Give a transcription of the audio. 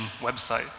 website